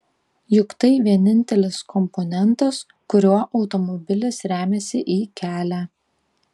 juk tai vienintelis komponentas kuriuo automobilis remiasi į kelią